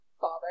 father